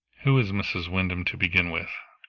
who is mrs. wyndham, to begin with?